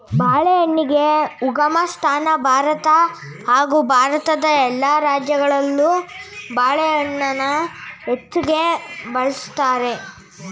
ಬಾಳೆಹಣ್ಣಿಗೆ ಉಗಮಸ್ಥಾನ ಭಾರತ ಹಾಗೂ ಭಾರತದ ಎಲ್ಲ ರಾಜ್ಯಗಳಲ್ಲೂ ಬಾಳೆಹಣ್ಣನ್ನ ಹೆಚ್ಚಾಗ್ ಬೆಳಿತಾರೆ